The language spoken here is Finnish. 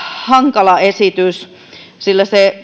hankala esitys että se